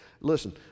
Listen